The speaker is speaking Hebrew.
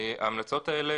שההמלצות האלה